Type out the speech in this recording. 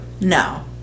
no